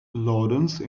lawrence